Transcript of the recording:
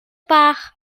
bach